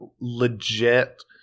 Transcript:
legit